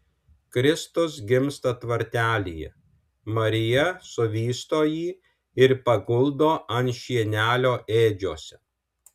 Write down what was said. kristus gimsta tvartelyje marija suvysto jį ir paguldo ant šienelio ėdžiose